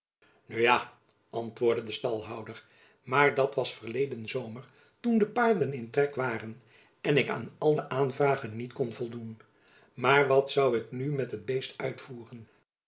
ja antwoordde de stalhouder maar dat was verleden zomer toen de paarden in trek waren en ik aan al de aanvragen niet kon voldoen maar wat zoû ik nu met het beest uitvoeren